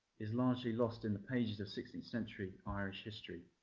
is largely lost in the pages of sixteenth century irish history.